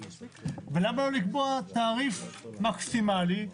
למה לא לקבוע תעריף מקסימאלי?